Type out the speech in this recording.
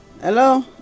Hello